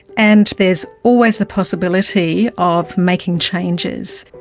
and there's always the possibility of making changes.